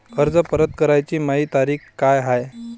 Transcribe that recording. कर्ज परत कराची मायी तारीख का हाय?